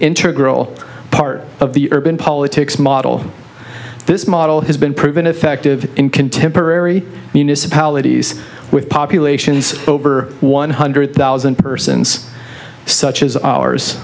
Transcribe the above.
inter grohl part of the urban politics model this model has been proven effective in contemporary municipalities with populations over one hundred thousand persons such as ours